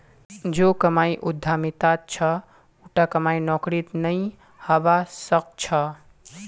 जो कमाई उद्यमितात छ उटा कोई नौकरीत नइ हबा स ख छ